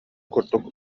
курдук